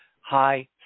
high